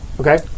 Okay